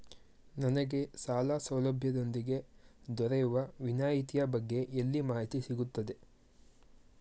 ನನಗೆ ಸಾಲ ಸೌಲಭ್ಯದೊಂದಿಗೆ ದೊರೆಯುವ ವಿನಾಯತಿಯ ಬಗ್ಗೆ ಎಲ್ಲಿ ಮಾಹಿತಿ ಸಿಗುತ್ತದೆ?